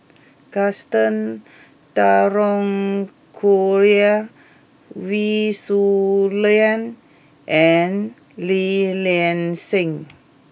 Gaston Dutronquoy Wee Shoo Leong and Li Nanxing